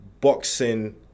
Boxing